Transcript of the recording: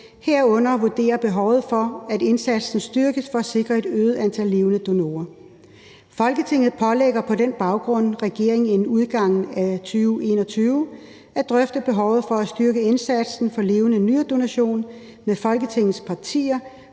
herunder vurdere behovet for, at indsatsen styrkes for at sikre et øget antal levende donorer. Folketinget pålægger på den baggrund regeringen inden udgangen af 2021 at drøfte behovet for at styrke indsatsen for levende nyredonation med Folketingets partier,